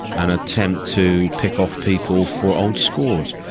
an attempt to pick off people for old scores.